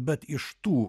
bet iš tų